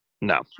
no